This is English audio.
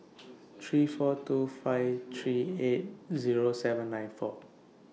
three four two five three eight Zero seven nine four